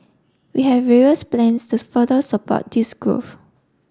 we have various plans to further support this growth